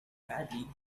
badly